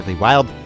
wild